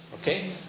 Okay